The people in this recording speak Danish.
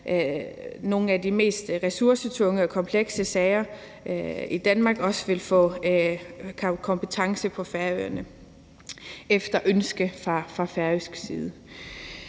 nogle af de mest ressourcetunge og komplekse sager i Danmark, også vil få kompetence på Færøerne efter ønske fra færøsk side.